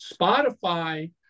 Spotify